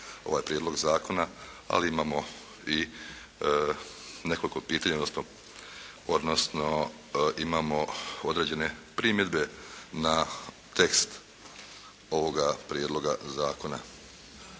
ovaj Prijedlog zakona, ali imamo i nekoliko pitanja, odnosno imamo određene primjedbe na tekst ovoga Prijedloga zakona.